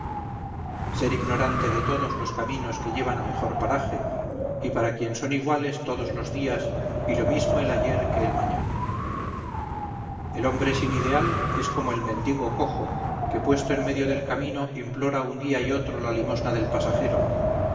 ser ignorante de todos los caminos que llevan a mejor paraje y para quien son iguales todos los días y lo mismo el ayer que el mañana el hombre sin ideal es como el mendigo cojo que puesto en medio del camino implora un día y otro la limosna del pasajero